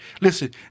Listen